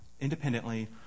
independently